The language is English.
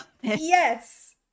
Yes